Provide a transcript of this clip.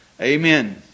Amen